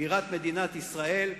בירת מדינת ישראל,